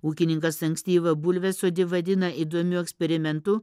ūkininkas ankstyvą bulviasodį vadina įdomiu eksperimentu